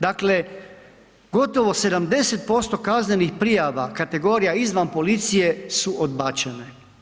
Dakle, gotovo 70% kaznenih prijava kategorija izvan policije su odbačene.